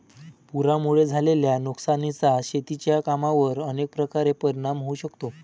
पुरामुळे झालेल्या नुकसानीचा शेतीच्या कामांवर अनेक प्रकारे परिणाम होऊ शकतो